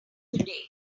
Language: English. today